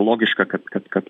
logiška kad kad kad